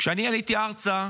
כשאני עליתי ארצה,